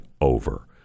over